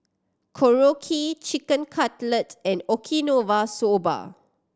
Korokke Chicken Cutlet and Okinawa Soba